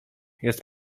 jest